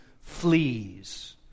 fleas